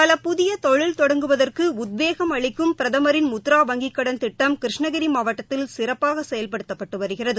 பல புதியதொழில் தொடங்குவதற்குஉத்வேகம் அளிக்கும் பிரதமரின் முத்ரா வங்கிகடன் திட்டம் கிருஷ்ணகிரிமாவட்டத்தில் சிறப்பாகசெயல்படுத்தப்பட்டுவருகிறது